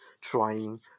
trying